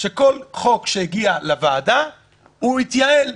שכל חוק שהגיע לוועדה התייעל,